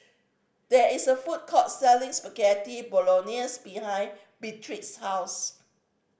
there is a food court selling Spaghetti Bolognese behind Beatrice's house